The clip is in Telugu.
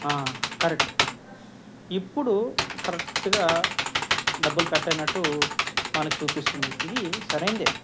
కరెక్ట్ ఇప్పుడు కరెక్ట్గా డబ్బులు కట్ అయినట్టు మనకి చూపిస్తుంది ఇది సరైందే